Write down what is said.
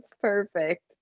perfect